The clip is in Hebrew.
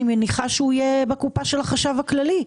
אני מניחה שהוא יהיה בקופה של החשב הכללי,